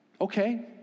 okay